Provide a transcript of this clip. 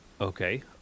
Okay